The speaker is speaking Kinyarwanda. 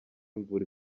imvura